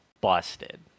busted